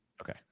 Okay